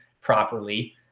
properly